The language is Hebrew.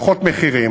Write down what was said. בפחות מחיר,